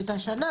את השנה,